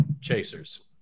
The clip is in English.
chasers